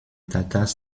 tatars